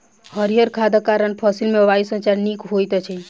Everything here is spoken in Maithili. हरीयर खादक कारण फसिल मे वायु संचार नीक होइत अछि